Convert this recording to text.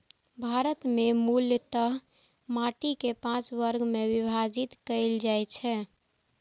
भारत मे मूलतः माटि कें पांच वर्ग मे विभाजित कैल जाइ छै